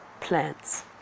plants